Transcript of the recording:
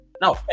Now